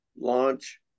launch